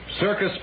Circus